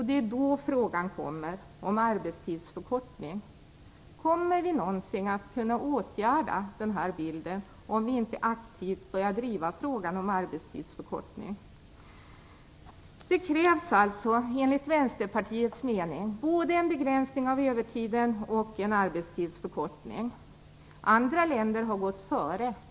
Det är då frågan om arbetstidsförkortning kommer upp. Kommer vi någonsin att kunna åtgärda den här bilden, om vi inte aktivt börjar driva frågan om arbetstidsförkortning? Det krävs alltså, enligt Vänsterpartiets mening, både en begränsning av övertiden och en arbetstidsförkortning. Andra länder har gått före.